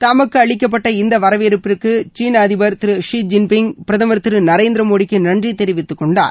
தமக்கு அளிக்கப்பட்ட இந்த வரவேற்பிற்கு சீன அதிபா் திரு ஸி ஜின்பிங் பிரதமா் திரு நரேந்திர மோடிக்கு நன்றி தெரிவித்துக்கொண்டர்